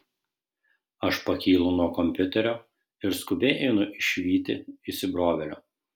aš pakylu nuo kompiuterio ir skubiai einu išvyti įsibrovėlio